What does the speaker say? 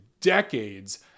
decades